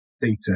data